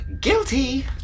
Guilty